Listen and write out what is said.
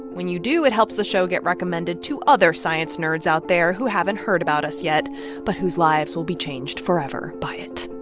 when you do, do, it helps the show get recommended to other science nerds out there who haven't heard about us yet but whose lives will be changed forever by it.